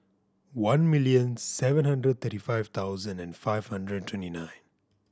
one million seven hundred thirty five thousand and five hundred twenty nine